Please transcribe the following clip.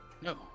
No